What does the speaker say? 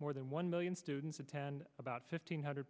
more than one million students attend about fifteen hundred